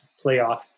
playoff